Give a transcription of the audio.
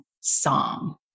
song